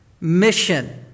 mission